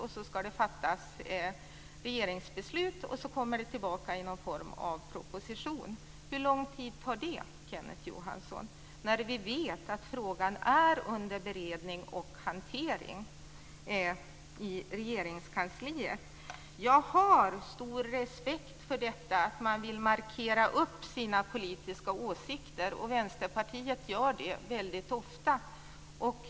Sedan ska det fattas ett regeringsbeslut, innan det slutligen kan komma tillbaka till riksdagen i form av en proposition. Hur lång tid tar det, Kenneth Johansson? Frågan är under beredning och hantering i Regeringskansliet. Jag har stor respekt för detta att man vill markera sina politiska åsikter. Vänsterpartiet gör det väldigt ofta.